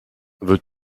veux